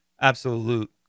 absolute